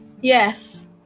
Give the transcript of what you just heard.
Yes